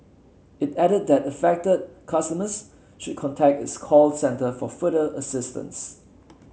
it added that affected customers should contact its call centre for further assistance